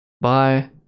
Bye